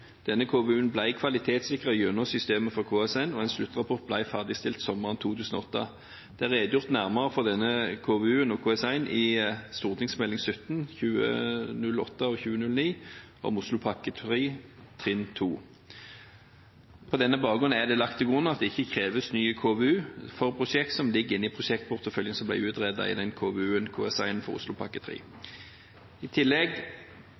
gjennom systemet for KS1, og en sluttrapport ble ferdigstilt sommeren 2008. Det er redegjort nærmere for KVU-en og KS1-en i St.meld. nr. 17 for 2008–2009, Om Oslopakke 3 trinn 2. På denne bakgrunn er det lagt til grunn at det ikke kreves ny KVU for prosjekt som ligger i prosjektporteføljen som ble utredet i KVU-en og KS1-en for Oslopakke 3. I tillegg